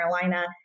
Carolina